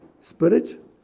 spirit